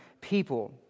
people